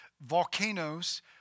volcanoes